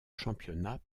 championnat